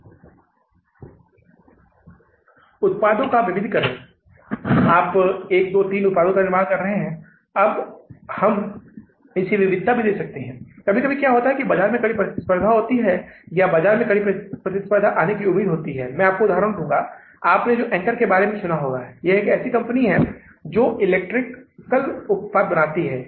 इस प्रकार हमने तीन महीनों के लिए नकद बजट तैयार किया है आप त्रैमासिक बजट कह सकते हैं या इस तिमाही में 3 महीने जून जुलाई अगस्त मतलब की हमें कुल बजट को तैयार करना है अंतिम उद्देश्य है जैसा कि मैंने आपको बताया कि हम दो प्रकार के बजट तैयार कर सकते हैं या मास्टर बजट में दो घटक होते हैं